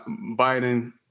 Biden